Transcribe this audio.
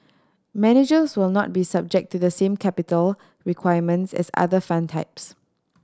managers will not be subject to the same capital requirements as other fund types